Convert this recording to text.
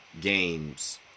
games